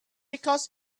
because